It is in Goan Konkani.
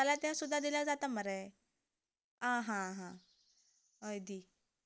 जाल्यार ते सुद्दां दिल्यार जाता मरे आं हा हा हय दी